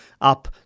Up